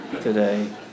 today